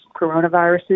coronaviruses